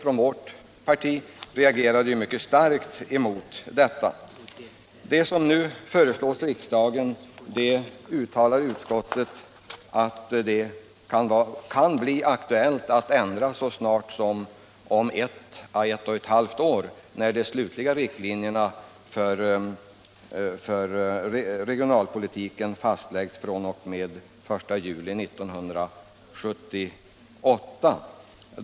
Centern reagerade starkt mot dessa prognoser. De befolkningstal som nu föreslås kan bli aktuella att ändra redan om 1 å 1,5 år, när de slutliga riktlinjerna för regionalpolitiken fr.o.m. den 1 juli 1978 fastläggs.